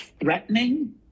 threatening